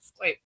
Wait